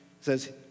says